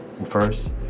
First